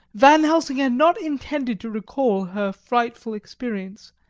van helsing had not intended to recall her frightful experience.